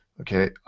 okay